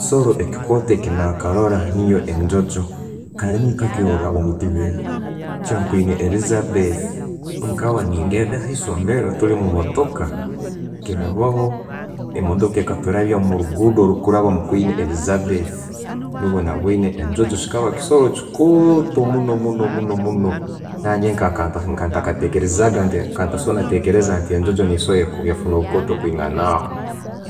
Ekisoro ekukoto ekyanakarora niyo enjonjo, kandi nka kirora omukibira ekya queen elizabeth, nkaba nengenda haisomero tuli mumotoka kirabaho. Emotoka ekaturabya omurugudo orukuraba omu queen elizabeth. Nubwo nabwoine enjonjo, chikaba kisoro chikooto munno munno munno munno, nangye nkaba ntakatekerezaga, nkaba ntakusobora kutekereza nti enjonjo nesobora yafuuna obukooto kwingana aho.